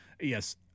yes